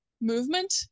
movement